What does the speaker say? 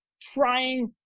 trying